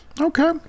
Okay